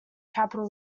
capital